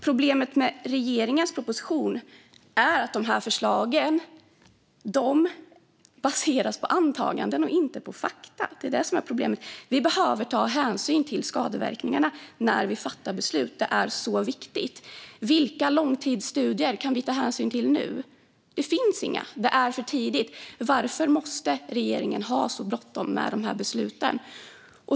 Problemet med regeringens proposition är att förslagen baseras på antaganden och inte på fakta. Vi behöver ta hänsyn till skadeverkningarna när vi fattar beslut. Det är viktigt. Vilka långtidsstudier kan vi ta hänsyn till nu? Det finns inga. Det är för tidigt. Varför måste regeringen ha så bråttom med de här besluten?